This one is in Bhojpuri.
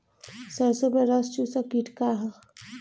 सरसो में रस चुसक किट का ह?